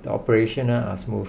the operations none are smooth